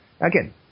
Again